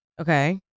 Okay